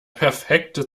perfekte